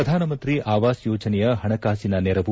ಪ್ರಧಾನಮಂತ್ರಿ ಆವಾಸ್ ಯೋಜನೆಯ ಹಣಕಾಸಿನ ನೆರವು